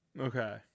Okay